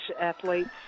athletes